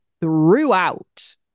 throughout